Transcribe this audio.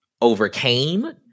overcame